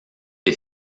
des